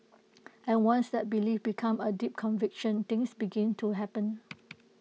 and once that belief becomes A deep conviction things begin to happen